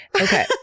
Okay